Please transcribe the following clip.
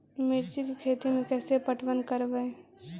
मिर्ची के खेति में कैसे पटवन करवय?